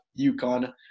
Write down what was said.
UConn